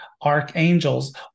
archangels